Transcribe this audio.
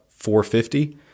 450